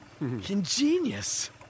Ingenious